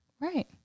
Right